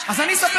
אז אני אספר לך.